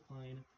fine